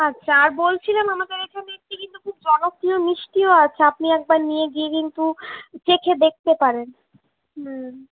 আচ্ছা আর বলছিলাম আমাদের এখানে একটি খুব জনপ্রিয় মিষ্টিও আছে আপনি একবার নিয়ে গিয়ে কিন্তু চেখে দেখতে পারেন